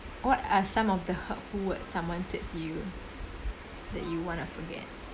what are some of the hurtful words someone said to you that you want to forget